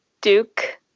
Duke